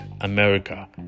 America